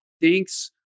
Thanks